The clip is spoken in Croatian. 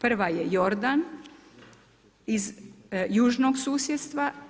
Prva je Jordan iz južnog susjedstva.